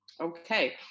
Okay